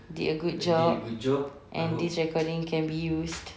did a good job and this recording can be used